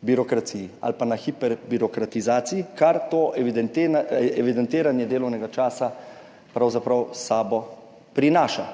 birokraciji ali pa na hiperbirokratizaciji, kar to evidentiranje delovnega časa pravzaprav s sabo prinaša,